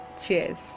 Cheers